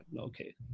okay